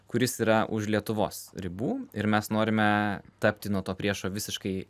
kuris yra už lietuvos ribų ir mes norime tapti nuo to priešo visiškai